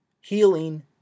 healing